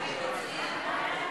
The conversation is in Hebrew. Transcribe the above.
חוק חופשה שנתית (תיקון מס' 15 והוראת